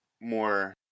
more